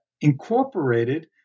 incorporated